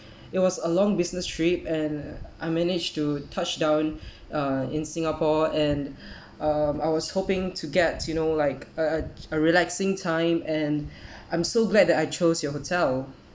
it was a long business trip and I managed to touch down uh in singapore and um I was hoping to get you know like a a a relaxing time and I'm so glad that I chose your hotel